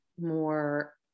more